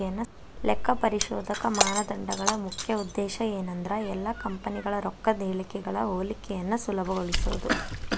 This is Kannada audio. ಲೆಕ್ಕಪರಿಶೋಧಕ ಮಾನದಂಡಗಳ ಮುಖ್ಯ ಉದ್ದೇಶ ಏನಂದ್ರ ಎಲ್ಲಾ ಕಂಪನಿಗಳ ರೊಕ್ಕದ್ ಹೇಳಿಕೆಗಳ ಹೋಲಿಕೆಯನ್ನ ಸುಲಭಗೊಳಿಸೊದು